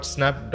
Snap